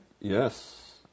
Yes